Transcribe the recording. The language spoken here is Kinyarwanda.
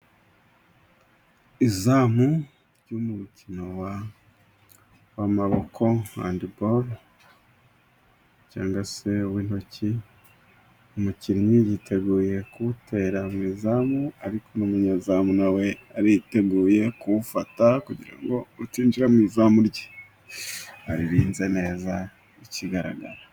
Izamu ry'umukino w'amaboko handibolo cyangwa se w'intoki, umukinnyi yiteguye kuwutera mu izamu ariko n'umunyezamu nawe ariteguye kuwufata , kugira ngo utinjira mu izamu rye aririnze neza ikigaragara.